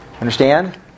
Understand